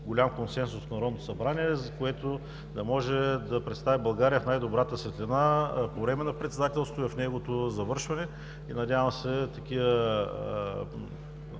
голям консенсус от Народното събрание, което да може да представи България в най-добрата светлина по време на председателството и в неговото завършване. Надявам се такива